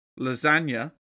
lasagna